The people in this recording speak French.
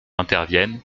interviennent